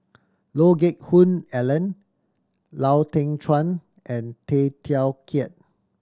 Lee Geck Hoon Ellen Lau Teng Chuan and Tay Teow Kiat